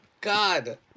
god